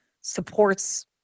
supports